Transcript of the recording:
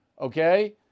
okay